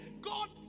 God